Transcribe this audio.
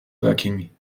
bucking